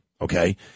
okay